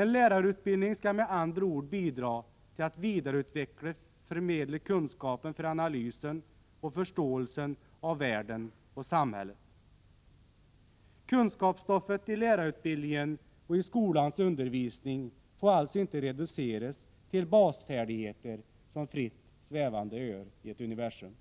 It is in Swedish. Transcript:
En lärarutbildning skall med andra ord bidra till att vidareutveckla och förmedla kunskap för analys och förståelse av världen och samhället. Kunskapsstoffet i lärarutbildningen och i skolans undervisning får alltså inte reduceras till basfärdigheter som fritt svävande öar i ett universum.